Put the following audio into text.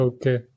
Okay